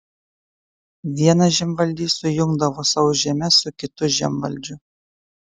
vienas žemvaldys sujungdavo savo žemes su kitu žemvaldžiu